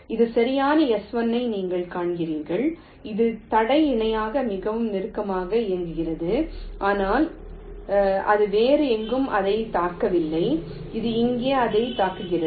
இந்த வரியான S 1 ஐ நீங்கள் காண்கிறீர்கள் இது தடையாக இணையாக மிக நெருக்கமாக இயங்குகிறது ஆனால் அது வேறு எங்கும் அதைத் தாக்கவில்லை அது இங்கே அதைத் தாக்குகிறது